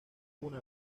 una